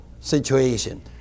situation